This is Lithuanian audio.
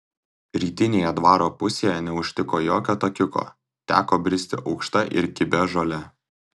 rytinėje dvaro pusėje neužtiko jokio takiuko teko bristi aukšta ir kibia žole